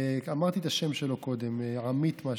אמרתי את השם שלו קודם, עמית משהו.